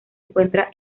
encuentra